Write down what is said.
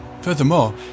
Furthermore